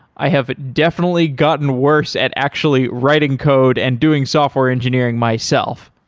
i have definitely gotten worse at actually writing code and doing software engineering myself.